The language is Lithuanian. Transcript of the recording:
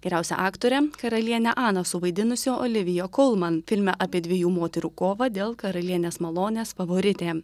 geriausia aktore karaliene aną suvaidinusi olivija kolmam filme apie dviejų moterų kovą dėl karalienės malonės favoritė